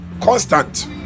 constant